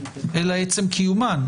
אלא על עצם קיומן.